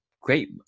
great